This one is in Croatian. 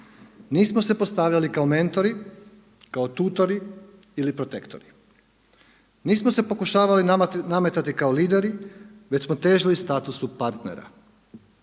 Nismo se postavljali kao mentori, kao tutori ili protektori, nismo se pokušavali nametati kao lideri već smo težili statusu partnera.